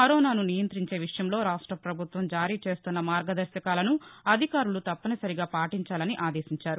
కరోనాసు నియంతించే విషయంలో రాష్ట ప్రభుత్వం జారీ చేస్తున్న మార్గదర్భకాలను అధికారులు తప్పనిసరిగా పాటించాలని ఆదేశించారు